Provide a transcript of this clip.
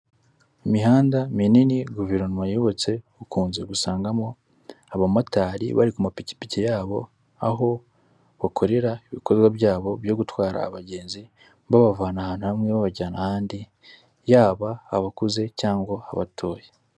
Imihanda minini guverinoma yubatse ukunze gusangamo abamotari bari ku mapikipiki yabo, aho bakorera ibikorwa byabo byo gutwara abagenzi babavana ahantu hamwe babajyana ahandi, yaba abakuze cyangwa abatoya.